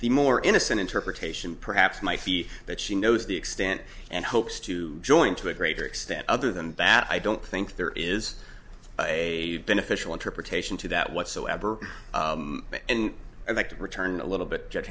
the more innocent interpretation perhaps my feet that she knows the extent and hopes to join to a greater extent other than bat i don't think there is a beneficial interpretation to that whatsoever and i'd like to return a little bit j